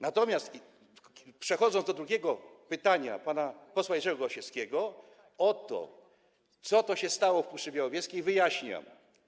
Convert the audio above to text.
Natomiast przechodząc do drugiego pytania pana posła Jerzego Gosiewskiego, o to, co się stało w Puszczy Białowieskiej, wyjaśniam.